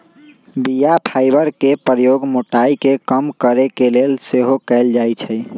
बीया फाइबर के प्रयोग मोटाइ के कम करे के लेल सेहो कएल जाइ छइ